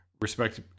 respect